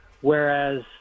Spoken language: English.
Whereas